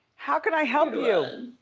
how can i help you?